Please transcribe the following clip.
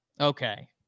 Okay